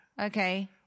okay